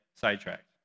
sidetracked